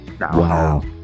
Wow